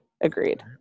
Agreed